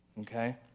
okay